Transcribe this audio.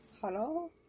Hello